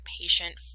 patient